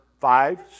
five